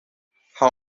ha